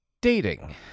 dating